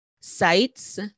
sites